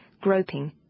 groping